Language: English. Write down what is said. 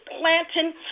planting